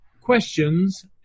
questions